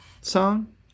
song